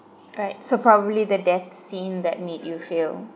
alright so probably the death scene that made you feel